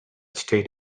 stayed